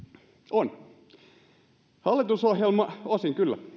on osin kyllä